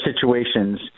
situations